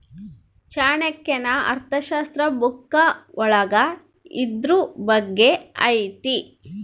ಚಾಣಕ್ಯನ ಅರ್ಥಶಾಸ್ತ್ರ ಬುಕ್ಕ ಒಳಗ ಇದ್ರೂ ಬಗ್ಗೆ ಐತಿ